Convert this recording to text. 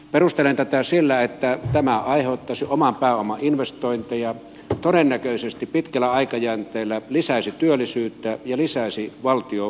perustelen tätä sillä että tämä aiheuttaisi oman pääoman investointeja todennäköisesti pitkällä aikajänteellä lisäisi työllisyyttä ja lisäisi valtion verotuloja